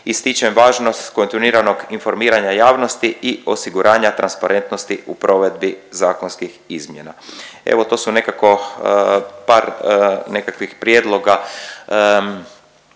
ističem važnost kontinuiranog informiranja javnosti i osiguranja transparentnosti u provedbi zakonskih izmjena. Evo to su nekako par nekakvih prijedloga,